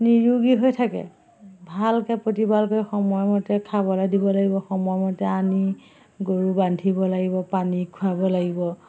নিৰোগী হৈ থাকে ভালকে প্ৰতিপাল কৰি সময়মতে খাবলে দিব লাগিব সময়মতে আনি গৰু বান্ধিব লাগিব পানী খুৱাব লাগিব